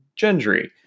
Gendry